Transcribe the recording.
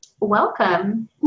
Welcome